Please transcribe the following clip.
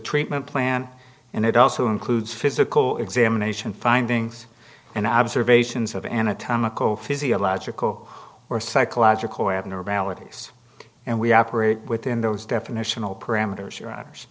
treatment plan and it also includes physical examination findings and observations of anatomical physiological or psychological abnormalities and we operate within those definitional parameters